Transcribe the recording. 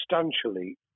substantially